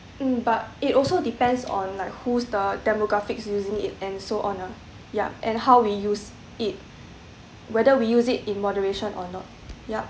mm but it also depends on like who's the demographics using it and so on ah ya and how we use it whether we use it in moderation or not yeah